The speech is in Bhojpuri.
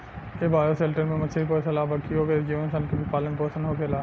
ए बायोशेल्टर में मछली पोसल आ बाकिओ जीव सन के भी पालन पोसन होखेला